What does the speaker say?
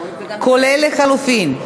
כולל לחלופין.